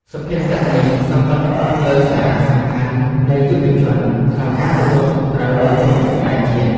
សុភាសិតនេះសង្កត់ធ្ងន់លើសារៈសំខាន់នៃយុវជន ក្នុងការទទួលខុសត្រូវលើជោគវាសនាជាតិ។